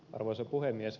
arvoisa puhemies